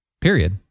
Period